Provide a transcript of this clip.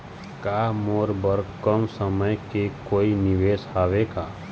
का मोर बर कम समय के कोई निवेश हावे का?